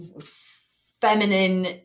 feminine